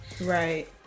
Right